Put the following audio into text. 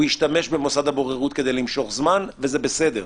הוא ישתמש במוסד הבוררות כדי למשוך זמן, וזה בסדר.